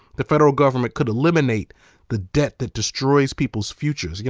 the federal government could eliminate the debt that destroys peoples futures. yeah